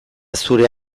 zure